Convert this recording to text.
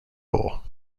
bowl